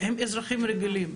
הם אזרחים רגילים,